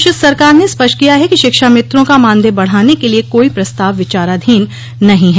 प्रदेश सरकार ने स्पष्ट किया है कि शिक्षा मित्रों का मानदेय बढ़ाने के लिए कोई प्रस्ताव विचाराधीन नहीं है